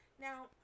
Now